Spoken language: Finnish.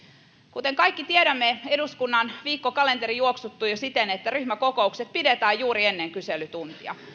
kuten kaikki tiedämme eduskunnan viikkokalenteri juoksuttui siten että ryhmäkokoukset pidetään juuri ennen kyselytuntia